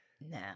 No